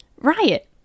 Riot